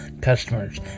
customers